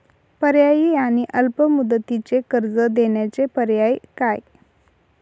पर्यायी आणि अल्प मुदतीचे कर्ज देण्याचे पर्याय काय?